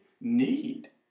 need